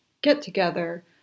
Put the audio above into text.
get-together